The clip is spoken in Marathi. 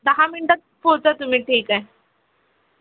दहा मिनटात पोहोचा तुम्ही ठीक आहे